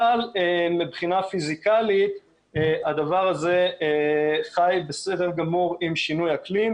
אבל מבחינה פיזיקאלית הדבר הזה חי בסדר גמור עם שינוי אקלים,